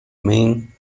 main